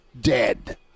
dead